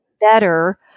better